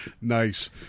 nice